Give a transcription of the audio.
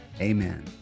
Amen